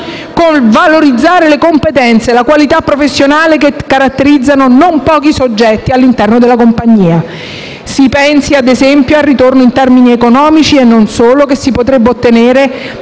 nel valorizzare le competenze e la qualità professionale che caratterizzano non pochi soggetti all'interno della compagnia. Si pensi ad esempio al ritorno in termini economici e non solo che si potrebbe ottenere